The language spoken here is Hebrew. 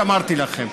כפי שאמרתי לכם.